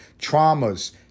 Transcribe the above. traumas